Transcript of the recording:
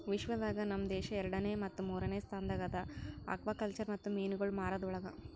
ವಿಶ್ವ ದಾಗ್ ನಮ್ ದೇಶ ಎರಡನೇ ಮತ್ತ ಮೂರನೇ ಸ್ಥಾನದಾಗ್ ಅದಾ ಆಕ್ವಾಕಲ್ಚರ್ ಮತ್ತ ಮೀನುಗೊಳ್ ಮಾರದ್ ಒಳಗ್